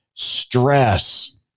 Stress